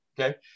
okay